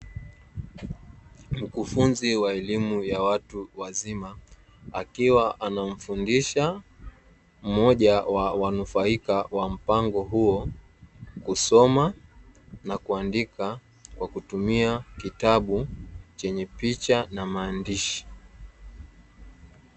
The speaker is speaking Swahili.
Mkufunzi wa elimu ya watu wazima, akiwa anamfundisha mmoja wa wanufaika wa mpango huo kusoma na kuandika, kwa kutumia kitabu chenye picha na maandishi.